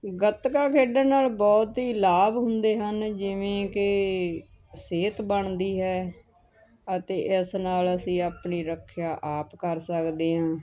ਗਤਕਾ ਖੇਡਣ ਨਾਲ ਬਹੁਤ ਹੀ ਲਾਭ ਹੁੰਦੇ ਹਨ ਜਿਵੇਂ ਕਿ ਸਿਹਤ ਬਣਦੀ ਹੈ ਅਤੇ ਇਸ ਨਾਲ ਅਸੀਂ ਆਪਣੀ ਰੱਖਿਆ ਆਪ ਕਰ ਸਕਦੇ ਹਾਂ